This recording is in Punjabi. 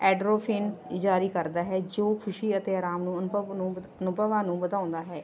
ਐਡਰੋਫੇਨ ਜਾਰੀ ਕਰਦਾ ਹੈ ਜੋ ਖੁਸ਼ੀ ਅਤੇ ਆਰਾਮ ਨੂੰ ਅਨੁਭਵ ਨੂੰ ਵ ਅਨੁਭਵਾਂ ਨੂੰ ਵਧਾਉਂਦਾ ਹੈ